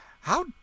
How